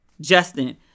Justin